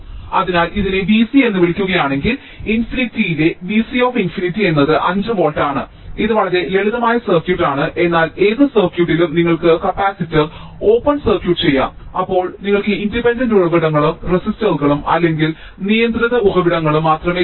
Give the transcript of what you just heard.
അതിനാൽ ഇതിനെ Vc എന്ന് വിളിക്കുകയാണെങ്കിൽ ഇൻഫിനിറ്റിയിലെ Vc∞ എന്നത് 5 വോൾട്ട് ആണ് ഇത് വളരെ ലളിതമായ സർക്യൂട്ട് ആണ് എന്നാൽ ഏത് സർക്യൂട്ടിലും നിങ്ങൾക്ക് കപ്പാസിറ്റർ ഓപ്പൺ സർക്യൂട്ട് ചെയാം അപ്പോൾ നിങ്ങൾക്ക് ഇൻഡിപെൻഡന്റ് ഉറവിടങ്ങളും റെസിസ്റ്ററുകളും അല്ലെങ്കിൽ നിയന്ത്രിത ഉറവിടങ്ങളും മാത്രമേ ലഭിക്കൂ